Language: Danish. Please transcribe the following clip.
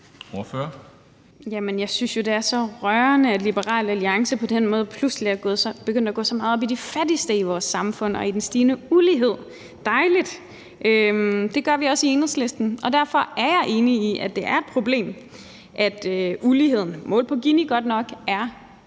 jeg synes jo, det er så rørende, at Liberal Alliance på den måde pludselig er begyndt at gå så meget op i de fattigste i vores samfund og i den stigende ulighed – dejligt. Det gør vi også i Enhedslisten, og derfor er jeg enig i, at det er et problem, at uligheden – godt nok målt